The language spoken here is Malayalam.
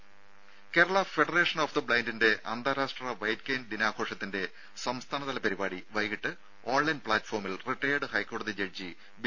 രും കേരളാ ഫെഡറേഷൻ ഓഫ് ദ ബ്ലൈന്റിന്റെ അന്താരാഷ്ട്ര വൈറ്റ് കെയിൻ ദിനാഘോഷത്തിന്റെ സംസ്ഥാനതല പരിപാടി വൈകീട്ട് ഓൺലൈൻ പ്ലാറ്റ്ഫോമിൽ റിട്ടയേർഡ് ഹൈക്കോടതി ജഡ്ജി ബി